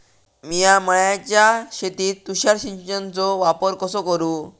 मिया माळ्याच्या शेतीत तुषार सिंचनचो वापर कसो करू?